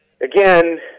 again